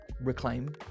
reclaim